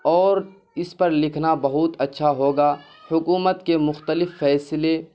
اور اس پر لکھنا بہت اچھا ہوگا حکومت کے مختلف فیصلے